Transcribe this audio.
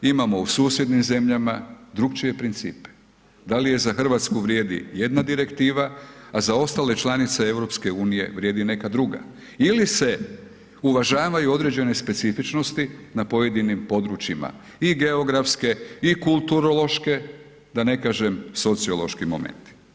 Imamo u susjednim zemljama drukčije principe, da li je za RH vrijedi jedna Direktiva, a za ostale članice EU vrijedi neka druga ili se uvažavaju određene specifičnosti na pojedinim područjima i geografske i kulturološke, da ne kažem sociološki momenti.